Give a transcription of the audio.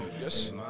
Yes